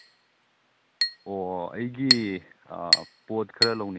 ꯑꯥ ꯑꯩꯒꯤ ꯀꯩꯅꯣꯒꯤ ꯂꯨꯍꯣꯡꯕꯒꯤ ꯃꯣꯏꯒꯤ ꯁꯦꯠ ꯑꯃ ꯂꯧꯒꯗꯧꯕ